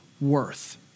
worth